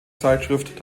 zeitschrift